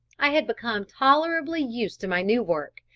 i had become tolerably used to my new work,